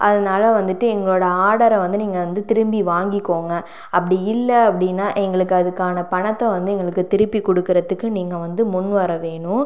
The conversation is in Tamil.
அதனால் வந்துவிட்டு எங்களோடய ஆடரை வந்து நீங்கள் வந்து திருப்பி வாங்கிக்கங்க அப்படி இல்லை அப்படினா எங்களுக்கு அதுக்கான பணத்தை வந்து எங்களுக்கு திருப்பி கொடுக்குறத்துக்கு நீங்கள் வந்து முன் வரணும்